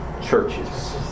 Churches